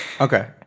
Okay